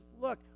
look